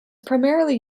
primarily